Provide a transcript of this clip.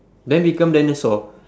then become dinosaur